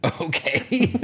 okay